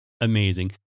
amazing